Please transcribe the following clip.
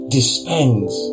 Dispense